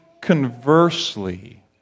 conversely